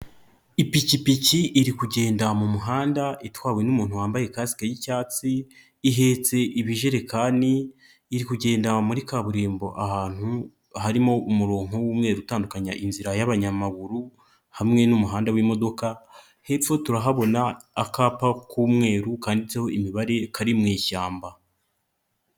Ipikipiki iri kugenda mu muhanda itwawe n'umuntu wambaye kasike y'icyatsi ihetse ibijerekani, iri kugenda muri kaburimbo ahantu harimo umurongo w'umweru utandukanya inzira y'abanyamaguru hamwe n'umuhanda w'imodoka, hepfo turahabona akapa k'umweru kanditseho imibare kari mu ishyamba.